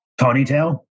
ponytail